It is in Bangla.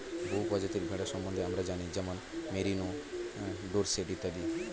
বহু প্রজাতির ভেড়া সম্বন্ধে আমরা জানি যেমন মেরিনো, ডোরসেট ইত্যাদি